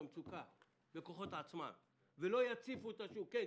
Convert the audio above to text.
המצוקה בכוחות עצמם ולא יציפו את השוק כן,